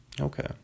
Okay